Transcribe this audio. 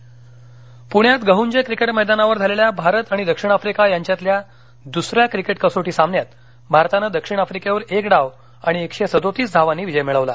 cricket पणे पृण्यात गइंजे क्रिकेट मैदानावर झालेल्या भारत आणि दक्षिण अफ्रिका यांच्यातील द्रसऱ्या क्रिकेट कसोटी सामन्यात भारतानं दक्षिण अफ्रिकेवर एक डाव आणि एकशे सदतीस धावांनी विजय मिळविला